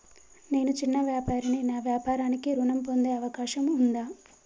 నేను చిన్న వ్యాపారిని నా వ్యాపారానికి ఋణం పొందే అవకాశం ఉందా?